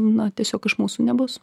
na tiesiog iš mūsų nebus